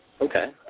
Okay